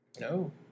No